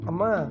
Ama